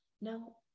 Now